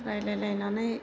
रायज्लायलायनानै